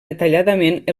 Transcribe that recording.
detalladament